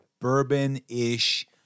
bourbon-ish